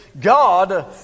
God